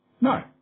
No